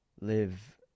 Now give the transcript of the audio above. live